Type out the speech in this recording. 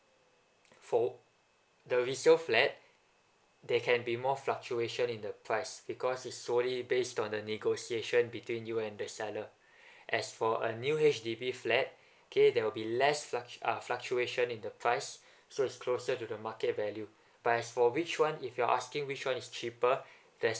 for the resale flat they can be more fluctuation in the price because is solely based on the negotiation between you and the seller as for a new H_D_B flat okay there will be less fluc~ uh fluctuation in the price so is closer to the market value but for which one if you're asking which one is cheaper then